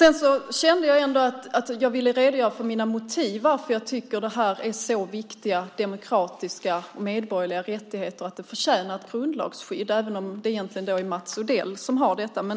Jag kände ändå att jag ville redogöra för mina motiv till att jag tycker att detta är fråga om så viktiga demokratiska och medborgerliga rättigheter och att detta förtjänar att grundlagsskyddas, även om det egentligen är Mats Odell som har ansvaret för detta.